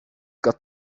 got